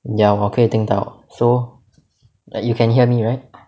ya 我可以听到 so like you can hear me right